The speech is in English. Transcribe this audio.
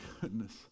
goodness